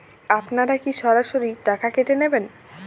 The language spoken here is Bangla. আপনারা কি সরাসরি টাকা কেটে নেবেন?